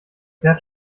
fährt